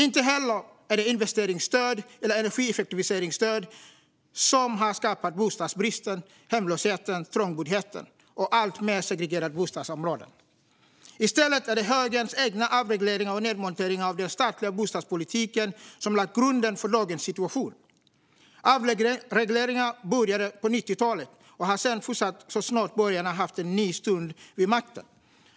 Inte heller är det investeringsstöd eller energieffektiviseringsstöd som har skapat bostadsbristen, hemlösheten, trångboddheten och alltmer segregerade bostadsområden. I stället är det högerns egna avregleringar och nedmonteringen av den statliga bostadspolitiken som lagt grunden för dagens situation. Avregleringarna började på 90-talet och har sedan fortsatt så snart borgarna haft en ny stund vid makten.